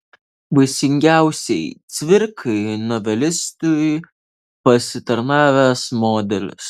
vaisingiausiai cvirkai novelistui pasitarnavęs modelis